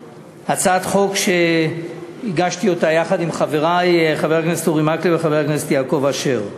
הצעת חוק שהגשתי יחד עם חברי חבר הכנסת אורי מקלב וחבר הכנסת יעקב אשר.